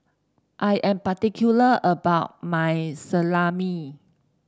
I am particular about my Salami